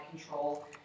control